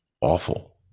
awful